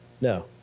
No